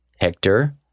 Hector